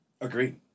Agree